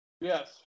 Yes